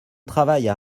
travaillent